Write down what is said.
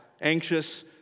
anxious